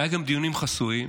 היו גם דיונים חסויים,